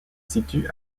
situe